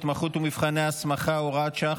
התמחות ומבחני הסמכה) (הוראת שעה,